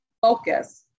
focus